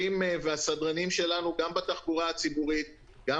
אפשר לאפשר למנהל הרכבות אליאס מטר להסביר?